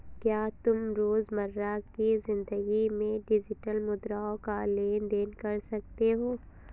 क्या तुम रोजमर्रा की जिंदगी में डिजिटल मुद्राओं का लेन देन कर सकते हो?